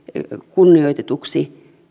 kunnioitetuiksi